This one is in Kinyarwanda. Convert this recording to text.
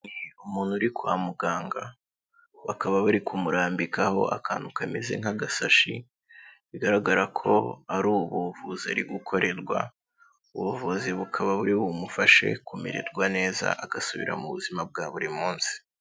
Umuntu uri kwa muganga bakaba bari kumurambikaho akantu kameze nk'agasashi bigaragara ko ari ubuvuzi ari gukorerwa, ubuvuzi bukaba buri bumufashe kumererwa neza agasubira mu buzima bwa buri munsi.